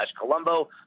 colombo